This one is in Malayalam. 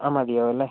ആ മതിയാവും അല്ലേ